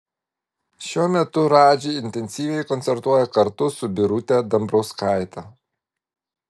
šiuo metu radži intensyviai koncertuoja kartu su birute dambrauskaite